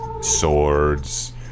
Swords